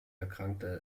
erkrankte